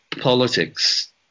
politics